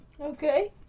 Okay